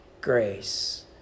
grace